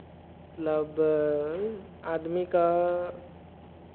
मतलब आदमीकेँ